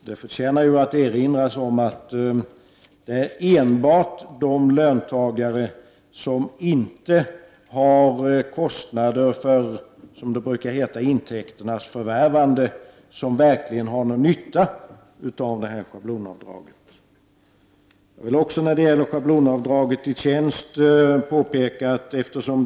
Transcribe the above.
Det förtjänar ju att erinras om att det är de löntagare som inte har kostnader för intäkternas förvärvande som verkligen har nytta av schablonavdraget. När det gäller schablonavdraget vid inkomstbeskattningen vill jag göra ett påpekande.